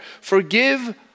Forgive